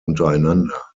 untereinander